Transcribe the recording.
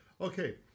Okay